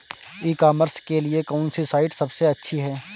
ई commerce के लिए कौनसी साइट सबसे अच्छी है?